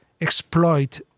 exploit